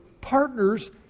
partners